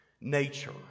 nature